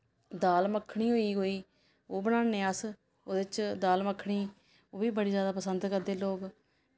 दाल मक्खनी होई गेई कोई ओह् बनान्ने अस ओह्दे च दाल मक्खनी ओह् बी बड़ी ज्यादा पसंद करदे लोग